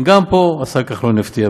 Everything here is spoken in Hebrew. גם פה השר כחלון יפתיע,